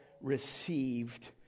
received